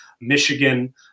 Michigan